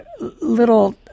little